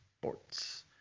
Sports